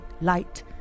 light